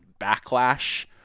backlash